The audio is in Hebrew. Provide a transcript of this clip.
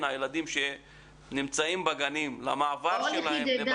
הילדים שנמצאים בגנים לבין המעבר שלהם?